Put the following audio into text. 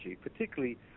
particularly